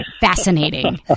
fascinating